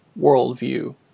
worldview